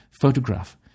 photograph